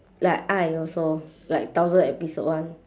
like ai also like thousand episode [one]